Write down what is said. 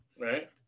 right